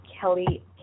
Kelly